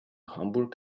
hamburg